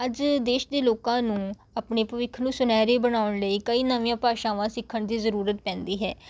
ਅੱਜ ਦੇਸ਼ ਦੇ ਲੋਕਾਂ ਨੂੰ ਆਪਣੇ ਭਵਿੱਖ ਨੂੰ ਸੁਨਿਹਰੀ ਬਣਾਉਣ ਲਈ ਕਈ ਨਵੀਆਂ ਭਾਸ਼ਾਵਾਂ ਸਿੱਖਣ ਦੀ ਜ਼ਰੂਰਤ ਪੈਂਦੀ ਹੈ